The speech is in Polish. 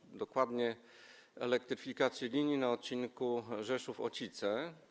Chodzi dokładnie o elektryfikację linii na odcinku Rzeszów - Ocice.